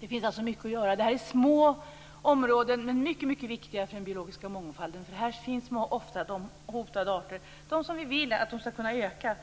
Det finns alltså mycket att göra. Det här är små områden, men mycket viktiga för den biologiska mångfalden. Här finns ofta de hotade arterna, de som vi vill ska kunna öka.